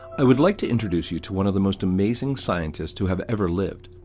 i would like to introduce you to one of the most amazing scientists who have ever lived.